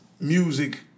music